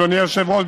אדוני היושב-ראש,